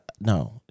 No